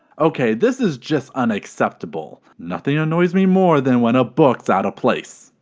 ok this is just unacceptable. nothing annoys me more then when a book's out of place.